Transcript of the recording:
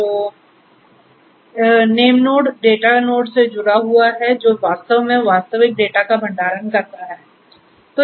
तो namenode data nodes से जुड़ा हुआ है जो वास्तव में वास्तविक डेटा का भंडारण करता है